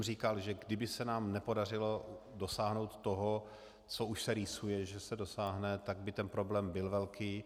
Říkal jsem, kdyby se nám nepodařilo dosáhnout toho, co už se rýsuje, že se dosáhne, tak by ten problém byl velký.